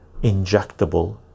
injectable